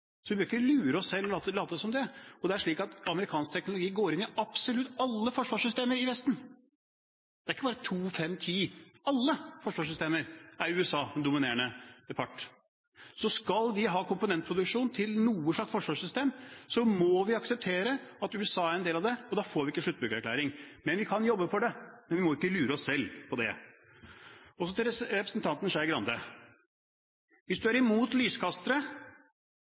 Så vi behøver ikke lure oss selv ved å late som om det vil skje. Det er slik at amerikansk teknologi går inn i absolutt alle forsvarssystemer i Vesten. Ikke bare i to, fem, eller ti, men i alle forsvarssystemer er USA den dominerende part. Så skal vi ha komponentproduksjon til noe slags forsvarssystem, må vi akseptere at USA er en del av det, og da får vi ikke sluttbrukererklæring – men vi kan jobbe for det. Vi må ikke lure oss selv her. Så til representanten Skei Grande: Hvis du er imot lyskastere,